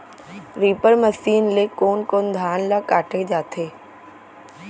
Reaper machine ले कोन कोन धान ल काटे जाथे?